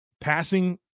passing